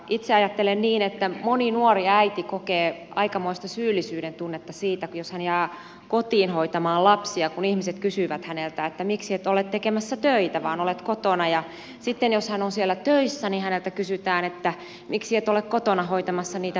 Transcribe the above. itse ajattelen niin että moni nuori äiti kokee aikamoista syyllisyyden tunnetta siitä jos hän jää kotiin hoitamaan lapsia kun ihmiset kysyvät häneltä miksi et ole tekemässä töitä vaan olet kotona ja sitten jos hän on siellä töissä niin häneltä kysytään miksi et ole kotona hoitamassa niitä pieniä lapsia